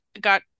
got